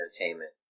entertainment